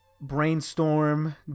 brainstorm